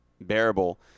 bearable